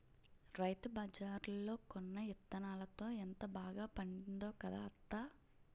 రైతుబజార్లో కొన్న యిత్తనాలతో ఎంత బాగా పండిందో కదా అత్తా?